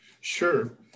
Sure